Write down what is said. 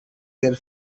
their